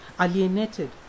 alienated